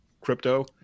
crypto